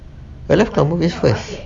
it left on movies first